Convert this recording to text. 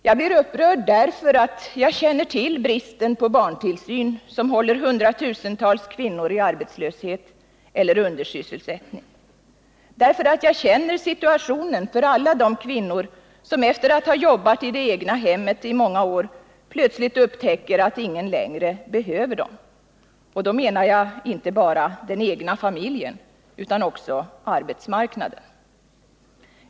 Jag blir upprörd därför att jag känner till bristen på barntillsyn, som håller hundratusentals kvinnor i arbetslöshet eller undersysselsättning och därför att jag känner situationen för alla de kvinnor som, efter att ha jobbat i det egna hemmet i många år, plötsligt upptäcker att ingen längre behöver dem, och då menar jag inte bara den egna familjen utan också arbetsmarknaden.